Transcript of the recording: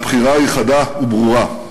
הבחירה היא חדה וברורה: